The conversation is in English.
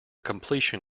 completion